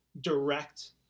direct